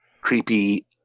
creepy